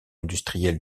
industrielle